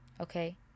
okay